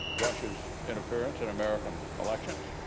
russia's interference in american elections,